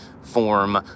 form